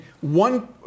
one